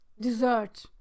Dessert